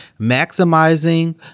maximizing